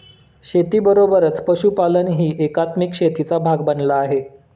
शेतीबरोबरच पशुपालनही एकात्मिक शेतीचा भाग बनला आहे